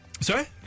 Sorry